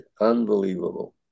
unbelievable